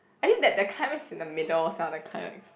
actually that that climax is in the middle sia the climax